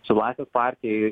čia laisvės partijai